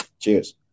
cheers